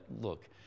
look